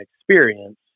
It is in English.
experience